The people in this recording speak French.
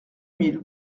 mille